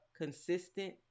consistent